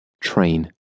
Train